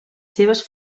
seves